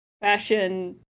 fashion